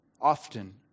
often